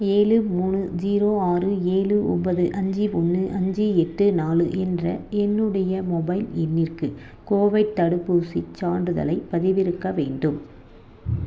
ஏழு மூணு ஜீரோ ஆறு ஏழு ஒம்பது அஞ்சு ஒன்று அஞ்சு எட்டு நாலு என்ற என்னுடைய மொபைல் எண்ணிற்கு கோவிட் தடுப்பூசிச் சான்றிதழைப் பதிவிறக்க வேண்டும்